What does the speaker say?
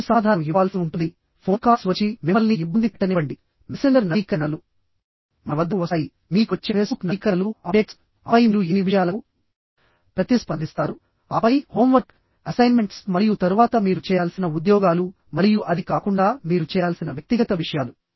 మీరు సమాధానం ఇవ్వాల్సి ఉంటుంది ఫోన్ కాల్స్ వచ్చి మిమ్మల్ని ఇబ్బంది పెట్టనివ్వండి మెసెంజర్ నవీకరణలు మన వద్దకు వస్తాయి మీకు వచ్చే ఫేస్బుక్ నవీకరణలు ఆపై మీరు ఎన్ని విషయాలకు ప్రతిస్పందిస్తారు ఆపై హోంవర్క్ అసైన్మెంట్స్ మరియు తరువాత మీరు చేయాల్సిన ఉద్యోగాలు మరియు అది కాకుండా మీరు చేయాల్సిన వ్యక్తిగత విషయాలు